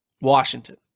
Washington